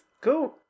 Cool